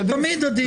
שתמיד עדיף.